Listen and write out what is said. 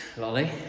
Lolly